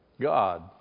God